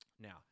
now